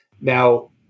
Now